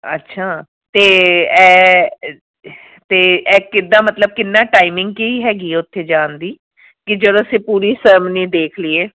ਅੱਛਾ ਅਤੇ ਇਹ ਅਤੇ ਇਹ ਕਿੱਦਾਂ ਮਤਲਬ ਕਿੰਨਾ ਟਾਈਮਿੰਗ ਕੀ ਹੈਗੀ ਉੱਥੇ ਜਾਣ ਦੀ ਕਿ ਜਦੋਂ ਅਸੀਂ ਪੂਰੀ ਸੇਰਮਨੀ ਦੇਖ ਲਈਏ